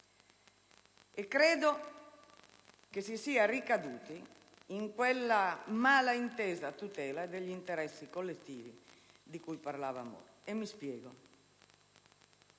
E credo che si sia ricaduti in quella mala intesa tutela degli interessi collettivi di cui parlava Moro. Mi spiego.